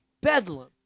bedlam